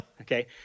Okay